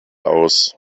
aus